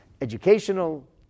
educational